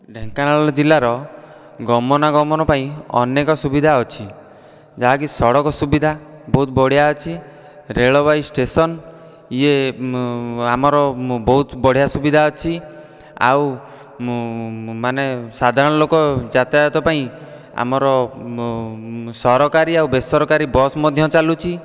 ଢ଼େଙ୍କାନାଳ ଜିଲ୍ଲାର ଗମନା ଗମନ ପାଇଁ ଅନେକ ସୁବିଧା ଅଛି ଯାହାକି ସଡ଼କ ସୁବିଧା ବହୁତ ବଢ଼ିଆ ଅଛି ରେଲୱେ ଷ୍ଟେସନ ଇଏ ଆମର ବହୁତ ବଢ଼ିଆ ସୁବିଧା ଅଛି ଆଉ ମାନେ ସାଧାରଣ ଲୋକଙ୍କ ଯାତାୟାତ ପାଇଁ ଆମର ସରକାରୀ ଆଉ ବେସରକାରୀ ବସ୍ ମଧ୍ୟ ଚାଲୁଛି